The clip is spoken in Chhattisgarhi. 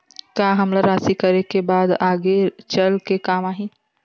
का हमला राशि करे के बाद आगे चल के काम आही?